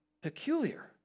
peculiar